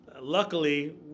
Luckily